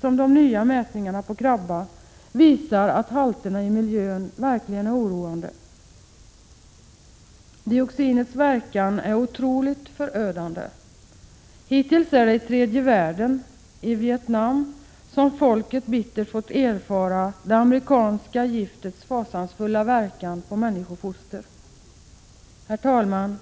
som de nya mätningarna på krabba visar att halterna i miljön är oroande. Dioxinets verkan är förödande. Hittills är det i tredje världen, i Vietnam, som folket bittert har fått erfara det amerikanska giftets fasansfulla verkan på människofoster. Herr talman!